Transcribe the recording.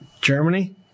Germany